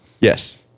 Yes